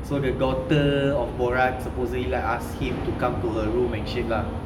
so the daughter of borat supposedly lah ask him to come to the room and shit lah